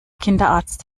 kinderarzt